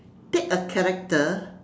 take a character